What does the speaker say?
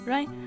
Right